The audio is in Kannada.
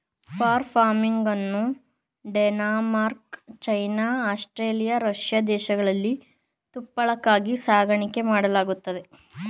ಫರ್ ಫಾರ್ಮಿಂಗನ್ನು ಡೆನ್ಮಾರ್ಕ್, ಚೈನಾ, ಆಸ್ಟ್ರೇಲಿಯಾ, ರಷ್ಯಾ ದೇಶಗಳಲ್ಲಿ ತುಪ್ಪಳಕ್ಕಾಗಿ ಸಾಕಣೆ ಮಾಡಲಾಗತ್ತದೆ